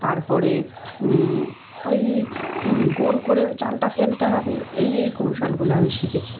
তারপরে ওই গোল করে জালটা ফেলতে হবে এই এই কৌশলগুলি আমি শিখেছি